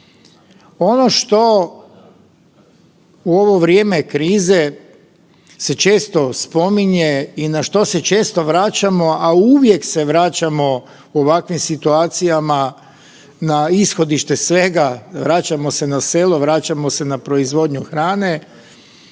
Ono što u ovo vrijeme krize se često spominje i na što se često vraćamo, a uvijek se vraćamo u ovakvim situacijama na ishodište svega, vraćamo se na selo, vraćamo se na proizvodnju hrane,